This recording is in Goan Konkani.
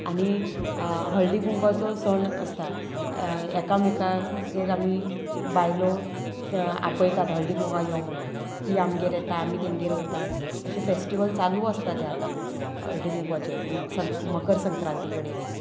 आनी हळदी कुंकमाचो सण आसता एकामेकागेर आमी बायलो आपयतात हळदी कुंकमा यो म्हणून ती आमगेर येता आमी तेंगेर वयतात अशे फेस्टिवल चालू आसता ते आतां हळदी कुंकवाचे संक मकर संक्रांती कडे बी